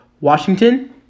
Washington